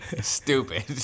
stupid